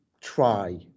try